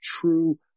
true